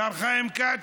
השר חיים כץ: